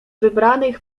wybranych